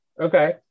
Okay